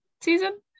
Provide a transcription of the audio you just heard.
season